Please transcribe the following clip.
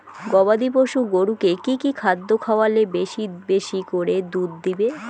গবাদি পশু গরুকে কী কী খাদ্য খাওয়ালে বেশী বেশী করে দুধ দিবে?